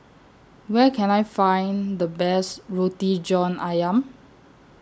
Where Can I Find The Best Roti John Ayam